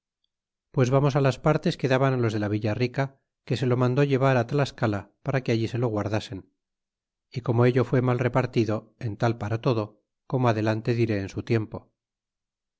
pues vamos ú las partes que daban los de la villa rica que se lo mandó llevar á tlascala para que allí se lo guardasen y como ello fde mal repartido en tal paró todo como adelante diré en su tiempo